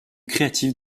créative